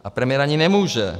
A premiér ani nemůže.